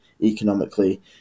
economically